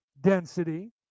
density